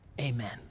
Amen